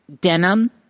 denim